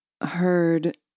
heard